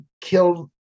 killed